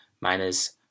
minus